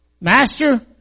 Master